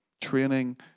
training